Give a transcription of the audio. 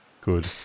good